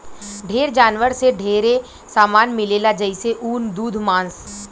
ढेर जानवर से ढेरे सामान मिलेला जइसे ऊन, दूध मांस